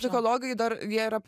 psichologai dar jie yra